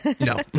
No